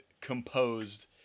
composed